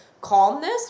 calmness